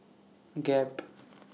Gap